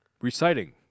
Reciting